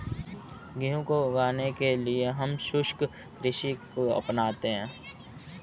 गेहूं को उगाने के लिए हम शुष्क कृषि को अपनाते हैं